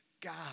God